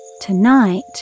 Tonight